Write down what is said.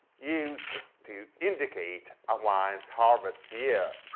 used to indicate a wine's harvest year.